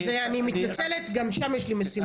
אז אני מתנצלת גם שם יש לי משימות.